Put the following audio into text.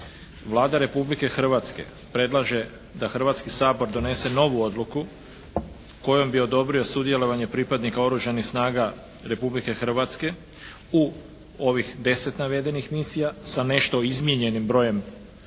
Vlada Republike Hrvatske predlaže da Hrvatski sabor donese novu odluku kojom bi odobrio sudjelovanje pripadnika Oružanih snaga Republike Hrvatske u ovih deset navedenih misija sa nešto izmijenjenim brojem pripadnika